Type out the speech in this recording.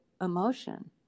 emotion